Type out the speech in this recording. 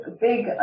big